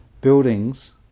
Buildings